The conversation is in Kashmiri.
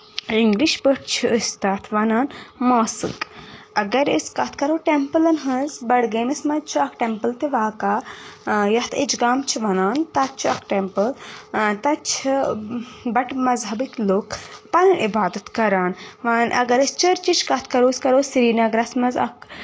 اِنٛگلِش پٲٹھۍ چھِ أسۍ تَتھ وَنان موسک اَگر أسۍ کَتھ کَرو ٹیٚمپٔلن ہٕنٛز بڈگٲمِس منٛز چھ اکھ ٹیٚمپٔل تہِ واقع یَتھ اِچگام چھ ونان تَتہِ چھ اکھ ٹیٚمپٔل تَتہِ چھِ بَٹہٕ مذہبٔکۍ لُکھ پنٕنۍ عِبادَت کران وۄنۍ اَگر أسۍ چٔرچِچ کَتھ کرو أسۍ کرو سرِنَگرَس منٛز اکھ